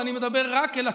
ואני מדבר רק אל עצמי,